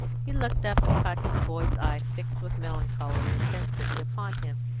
he looked up, and caught his boy's eye fixed with melancholy intensity upon him.